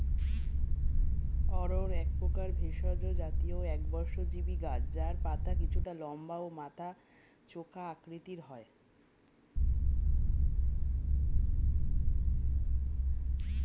অড়হর একপ্রকার ভেষজ জাতীয় একবর্ষজীবি গাছ যার পাতা কিছুটা লম্বা ও মাথা চোখা আকৃতির হয়